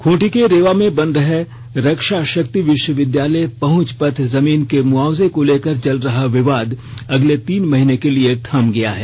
खूंटी के रेवा में बन रहे रक्षा शक्ति विश्वविद्यालय पहुंच पथ जमीन के मुआवजे को लेकर चल रहा विवाद अगले तीन महीने के लिए थम गया है